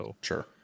Sure